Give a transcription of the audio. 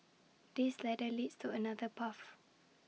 this ladder leads to another path